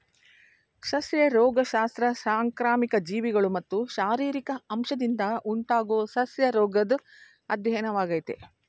ಸಸ್ಯ ರೋಗಶಾಸ್ತ್ರ ಸಾಂಕ್ರಾಮಿಕ ಜೀವಿಗಳು ಮತ್ತು ಶಾರೀರಿಕ ಅಂಶದಿಂದ ಉಂಟಾಗೊ ಸಸ್ಯರೋಗದ್ ಅಧ್ಯಯನವಾಗಯ್ತೆ